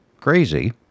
crazy